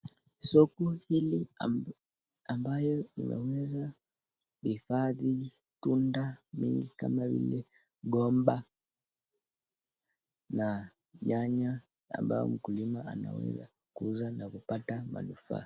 Soko hili ambayo inaweza hifadhi tunda mingi kama ile gomba, na nyanya ambao mkulima anaweza kuuza na kupata manufaa.